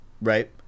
Right